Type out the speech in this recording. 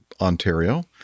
Ontario